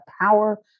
power